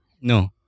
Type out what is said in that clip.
no